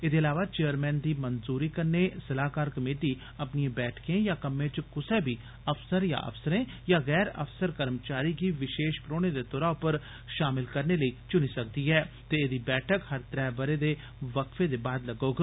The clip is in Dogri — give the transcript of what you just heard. एह्दे इलावा चेयरमैन दी मंजूरी कन्ने सलाहाकार कमेटी अपनिएं बैठकें जां कम्में च कुसै बी अफसर जां अफसरें जां गैर अफसर कर्मचारी गी विशेष परौहने दे तौरा पर शामल करने लेई चुनी सकदी ऐ ते एह्दी बैठक हर त्रै म्हीने दे बक्फे दे बाद लग्गोग